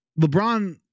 LeBron